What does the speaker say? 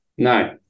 No